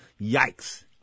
Yikes